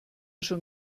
schon